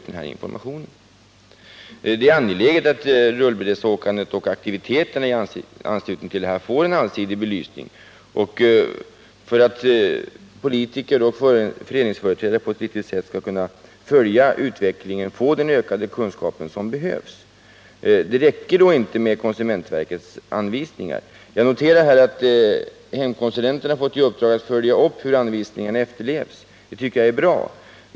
Det är angeläget att rullbrädesåkningen och aktiviteterna i anslutning härtill får en allsidig belysning, så att politiker och föreningsföreträdare kan följa utvecklingen och få den ökade kunskap som behövs. Det räcker då inte med konsumentverkets anvisningar. Jag noterar att hemkonsulenterna fått i uppdrag att följa upp hur Nr 50 anvisningarna efterlevs. Det tycker jag är bra.